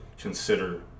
consider